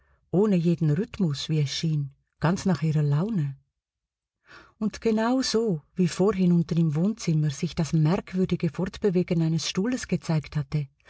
ohne jeden rhythmus wie es schien ganz nach ihrer laune und genau so wie vorhin unten im wohnzimmer sich das merkwürdige fortbewegen eines stuhles gezeigt hatte